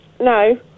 no